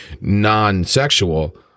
non-sexual